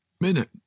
Minute